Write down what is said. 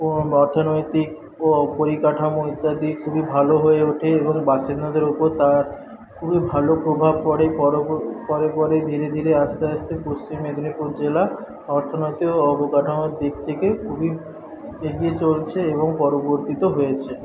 অর্থনৈতিক ও পরিকাঠামো ইত্যাদি খুবই ভালো হয়ে ওঠে এবং বাসিন্দাদের ওপর তার খুবই ভালো প্রভাব পড়ে পরে পরে ধীরে ধীরে আস্তে আস্তে পশ্চিম মেদিনীপুর জেলা অর্থনৈতিক ও অবকাঠামোর দিক থেকে খুবই এগিয়ে চলছে এবং পরবর্তিত হয়েছে